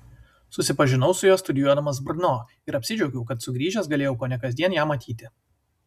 susipažinau su ja studijuodamas brno ir apsidžiaugiau kad sugrįžęs galėjau kone kasdien ją matyti